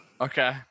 okay